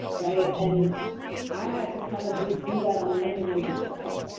right. and i had to kind of just do that unlearning in myself,